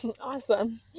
Awesome